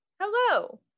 Hello